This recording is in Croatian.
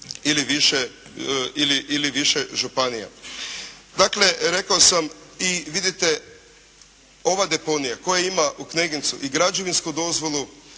ili više županija. Dakle, rekao sam i vidite ova deponija koja ima u Knegincu i građevinsku dozvolu